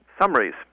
summaries